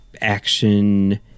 action